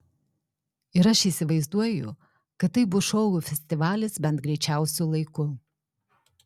ir aš įsivaizduoju kad tai bus šou festivalis bent greičiausiu laiku